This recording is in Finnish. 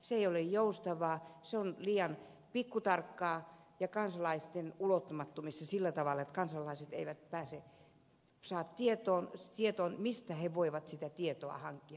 se ei ole joustavaa se on liian pikkutarkkaa ja kansalaisten ulottumattomissa sillä tavalla että kansalaiset eivät saa tietoonsa mistä he voivat sitä tietoa hankkia